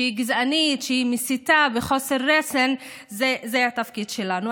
שהיא גזענית והיא מסיתה בחוסר רסן זה התפקיד שלנו.